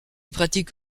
pratique